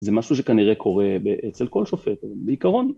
זה משהו שכנראה קורה אצל כל שופט בעיקרון.